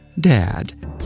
Dad